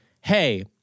hey